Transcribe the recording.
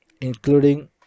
including